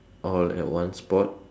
all at one spot